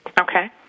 Okay